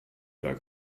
oder